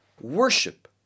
worship